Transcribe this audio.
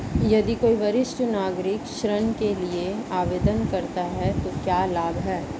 यदि कोई वरिष्ठ नागरिक ऋण के लिए आवेदन करता है तो क्या लाभ हैं?